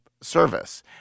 service